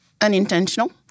unintentional